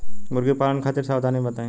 मुर्गी पालन खातिर सावधानी बताई?